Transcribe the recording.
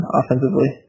offensively